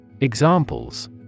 Examples